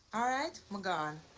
all right? me gone.